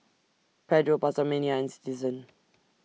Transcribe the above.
Pedro PastaMania and Citizen